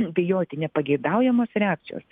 bijoti nepageidaujamos reakcijos